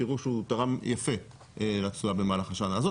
תראו שהוא תרם יפה לתשואה במהלך השנה הזאת.